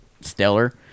stellar